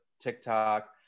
TikTok